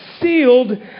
sealed